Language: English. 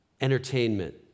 Entertainment